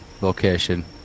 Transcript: location